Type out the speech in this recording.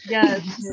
Yes